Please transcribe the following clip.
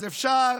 אז אפשר